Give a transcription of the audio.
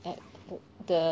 at the